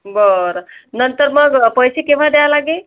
बरं नंतर मग पैसे केव्हा द्यावं लागेल